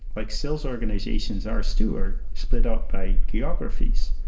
like sales organizations are stewards split up by geographies.